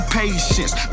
patience